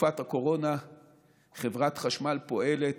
בתקופת הקורונה חברת חשמל פועלת